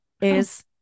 is-